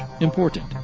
important